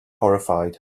horrified